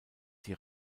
die